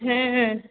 হ্যাঁ হ্যাঁ